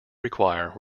require